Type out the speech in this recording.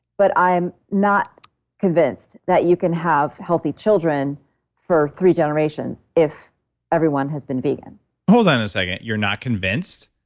but i'm not convinced that you can have healthy children for three generations if everyone has been vegan hold on a second. you're not convinced?